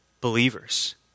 believers